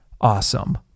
awesome